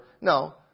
No